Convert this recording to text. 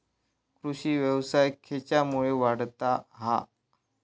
कृषीव्यवसाय खेच्यामुळे वाढता हा?